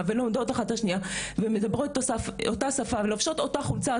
ולומדות אחת את השנייה ומדברות את אותה שפה ולובשות אותה חולצה,